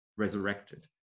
resurrected